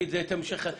שימשיך.